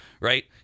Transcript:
right